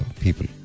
people